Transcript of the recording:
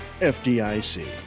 FDIC